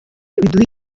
biduha